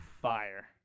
fire